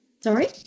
sorry